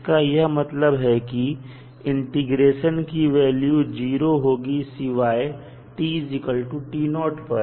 जिस का यह मतलब है कि इस इंटीग्रेशन की वैल्यू 0 होगी शिवाय पर